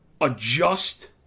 adjust